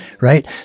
right